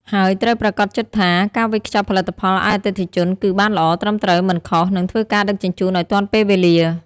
ហើយត្រូវប្រាកដចិត្តថា ការវេចខ្ចប់ផលិតផលឲ្យអតិថិជនគឺ បានល្អ ត្រឹមត្រូវ មិនខុស និងធ្វើការដឹកជញ្ជូនឲ្យទាន់ពេលវេលា។